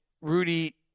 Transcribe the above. Rudy